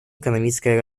экономическое